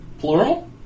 Plural